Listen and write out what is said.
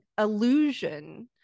illusion